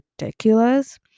ridiculous